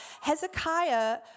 Hezekiah